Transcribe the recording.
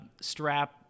strap